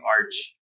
arch